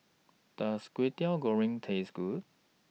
Does Kway Teow Goreng Taste Good